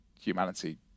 humanity